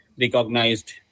recognized